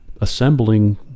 assembling